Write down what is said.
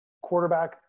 quarterback